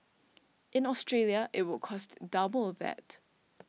in Australia it would cost double of that